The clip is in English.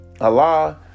Allah